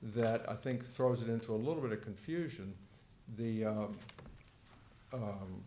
that i think throws it into a little bit of confusion the